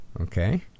Okay